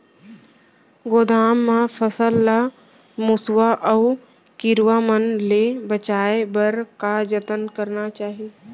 गोदाम मा फसल ला मुसवा अऊ कीरवा मन ले बचाये बर का जतन करना चाही?